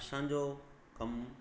असांजो कमु